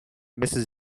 mrs